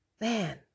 Man